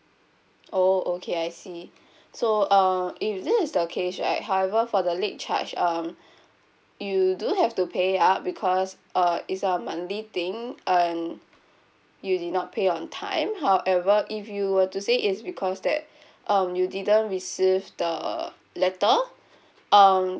oh okay I see so um if this is the case right however for the late charge um you do have to pay up because uh it's a monthly thing and you did not pay on time however if you were to say it's because that um you didn't receive the letter um